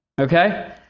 Okay